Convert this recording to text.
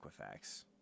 equifax